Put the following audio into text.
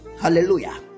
Hallelujah